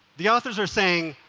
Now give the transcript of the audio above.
the authors are saying,